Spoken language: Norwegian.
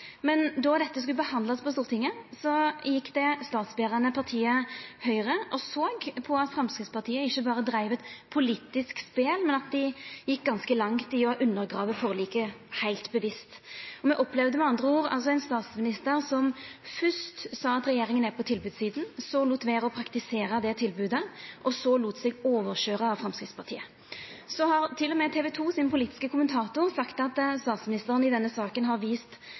Men då dette skulle behandlast i Stortinget, gjekk det statsberande partiet Høgre og såg på at Framstegspartiet ikkje berre dreiv eit politisk spel, men gjekk ganske langt i å undergrava forliket, heilt bevisst. Me opplevde med andre ord ein statsminister som fyrst sa at regjeringa er på tilbodssida, så lét vera å praktisera det tilbodet, og så lét seg overkøyra av Framstegspartiet. Til og med TV 2 sin politiske kommentator har sagt at statsministeren i denne saka har vist